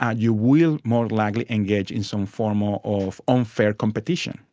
ah you will more likely engage in some form ah of unfair competition,